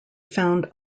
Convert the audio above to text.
found